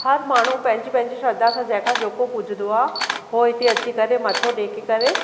हर माण्हू पंहिंजी पंहिंजी श्रद्धा सां जेको पुजंदो आहे उहो हिते अची करे मथो टेके करे